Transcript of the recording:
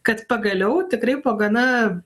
kad pagaliau tikrai po gana